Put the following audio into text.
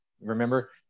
Remember